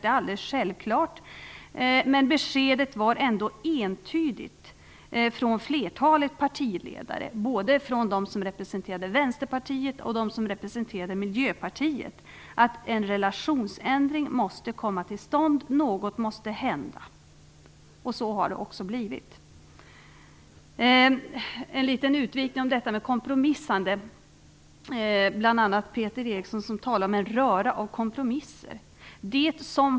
Det är alldeles självklart. Men beskedet var ändå entydigt från flertalet partirepresentanter, både från dem som representerade Vänsterpartiet och från dem som representerade Miljöpartiet, att en relationsändring måste komma till stånd. Något måste hända. Och så har det också blivit. Låt mig göra en liten utvikning om detta med kompromissande. Bl.a. Peter Eriksson talade om en röra av kompromisser.